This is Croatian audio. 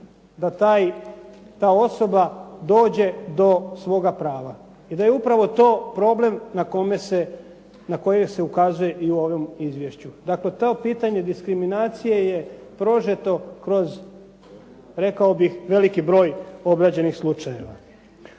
da ta osoba dođe do svoga prava i da je upravo to problem na koje se ukazuje i u ovom izvješću. Dakle, to pitanje diskriminacije je prožeto kroz rekao bih veliki broj obrađenih slučajeva.